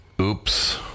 Oops